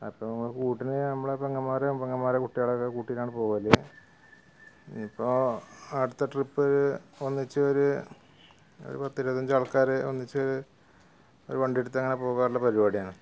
അപ്പോൾ കൂട്ടിന് നമ്മളുടെ പെങ്ങന്മാരും പെങ്ങന്മാരുടെ കുട്ടികളെ ഒക്കെ കൂട്ടിയിട്ടാണ് പോവല് ഇപ്പോൾ അടുത്ത ട്രിപ്പ് ഒന്നിച്ചൊര് ഒര് പത്തിരുപത്തഞ്ചാള്ക്കാര് ഒന്നിച്ച് ഒരു വണ്ടിയെടുത്തങ്ങനെ പോകാനുള്ള പരിപാടിയാണ്